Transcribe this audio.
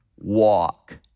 Walk